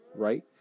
right